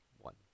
One